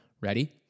Ready